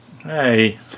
Hey